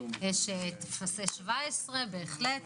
יש טופסי 17, בהחלט.